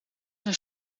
zijn